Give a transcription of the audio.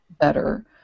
better